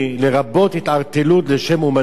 לרבות התערטלות לשם אמנות,